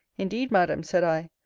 indeed, madam, said i,